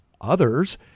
others